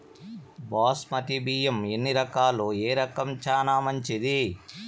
బాస్మతి బియ్యం ఎన్ని రకాలు, ఏ రకం చానా మంచిది?